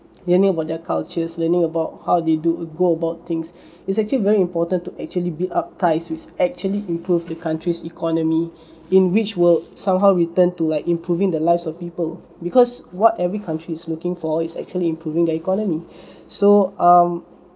learning about their cultures learning about how they do go about things is actually very important to actually build up ties which actually improve the country's economy in which will somehow returned to like improving the lives of people because what every country is looking for is actually improving the economy so um